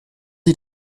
sie